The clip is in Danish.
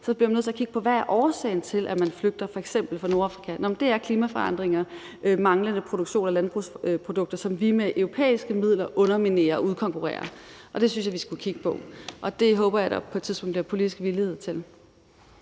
bliver vi nødt til at kigge på: Hvad er årsagen til, at man flygter fra f.eks. Nordafrika? Jamen det er klimaforandringer, manglende produktion af landbrugsprodukter, som vi med europæiske midler underminerer og udkonkurrerer. Det synes jeg vi skulle kigge på, og det håber jeg der på et tidspunkt bliver politisk villighed til.